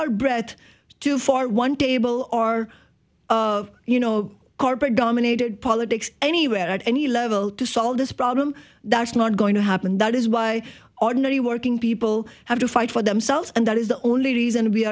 our breath at too far one table or of you know corporate government aided politics anywhere at any level to solve this problem that's not going to happen that is why ordinary working people have to fight for themselves and that is the only reason